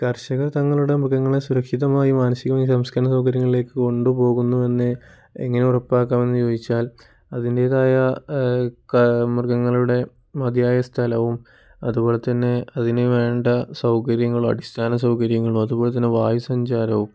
കർഷകർ തങ്ങളുടെ മൃഗങ്ങളെ സുരക്ഷിതമായി മാനസികവും സംസ്കരണ സൗകര്യങ്ങളിലേക്ക് കൊണ്ടു പോകുന്നുവെന്ന് എങ്ങനെ ഉറപ്പാക്കാമെന്ന് ചോദിച്ചാൽ അതിൻ്റേതായ മൃഗങ്ങളുടെ മതിയായ സ്ഥലവും അതുപോലെ തന്നെ അതിന് വേണ്ട സൗകര്യങ്ങളും അടിസ്ഥാന സൗകര്യങ്ങളോ അതുപോലെ തന്നെ വായു സഞ്ചാരവും